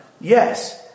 yes